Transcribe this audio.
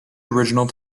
original